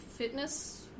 fitness